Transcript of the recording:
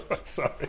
sorry